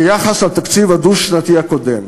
ביחס לתקציב הדו-שנתי הקודם.